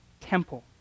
temple